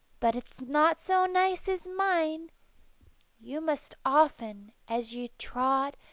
but it's not so nice as mine you must often as you trod,